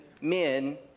men